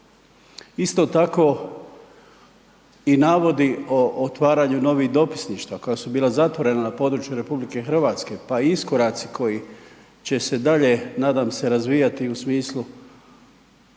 Isto tako i navodi o otvaranju novih dopisništva koja su bila zatvorena na području Republike Hrvatske, pa iskoraci koji će se dalje, nadam se razvijati u smislu,